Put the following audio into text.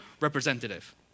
representative